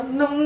no